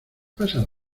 pasado